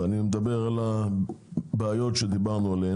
ואני מדבר על הבעיות שדיברנו עליהן,